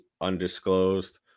undisclosed